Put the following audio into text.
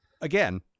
again